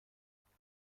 میکنه